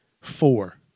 four